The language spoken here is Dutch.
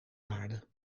waarde